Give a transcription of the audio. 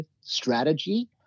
strategy